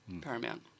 Paramount